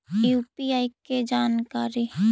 UPI के जानकारी?